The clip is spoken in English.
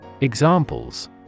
Examples